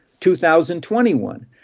2021